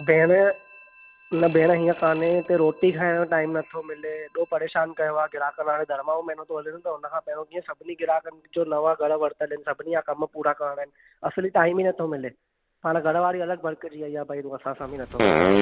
भेण न भेण हीअं कोन्हे हिते रोटी खाइण जो टाइम नथो मिले हेॾो परेशान कयो आहे ग्राहक मां धर्माऊं महिनो थो हले त हुन खां पहिरों कीअं सभिनी ग्राहकनि जो नवां घरु वरितल इन सभिनी जा कमु पूरा करिणा आहिनि असली टाइम ई नथो मिले हाणे घरु वारी अलॻि भड़कजी वई आहे भई असां सां बि नथो ॻाल्हाए